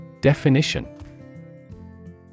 Definition